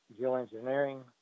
geoengineering